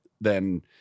then-